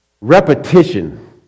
repetition